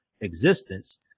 existence